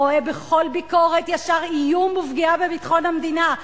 רואה בכל ביקורת ישר איום ופגיעה בביטחון המדינה,